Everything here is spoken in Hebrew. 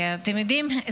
אתם יודעים,